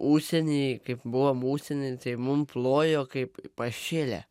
užsieny kaip buvom užsieny tai mums plojo kaip pašėlę